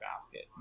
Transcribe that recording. basket